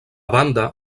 banda